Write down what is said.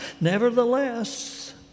Nevertheless